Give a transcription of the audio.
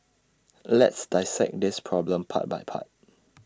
let's dissect this problem part by part